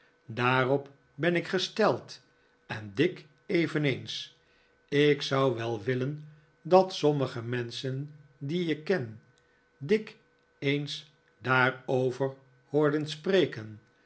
daarop ben ik gesteld en dick eveneens ik zou wel willen dat sommige menschen die ik ken dick eens daarover hoorden spreken